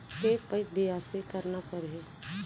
के पइत बियासी करना परहि?